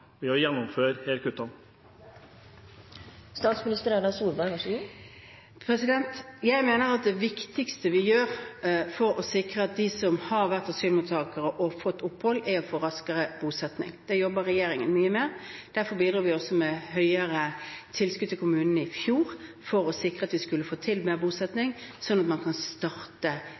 ved å gjennomføre disse kuttene? Jeg mener det viktigste vi gjør for å sikre at de som har vært asylsøkere og fått opphold, er å få raskere bosetting. Det jobber regjeringen mye med. Derfor bidro vi også med høyere tilskudd til kommunene i fjor – for å sikre at vi skulle få til mer bosetting, sånn at man kan starte